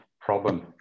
problem